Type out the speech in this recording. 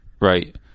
Right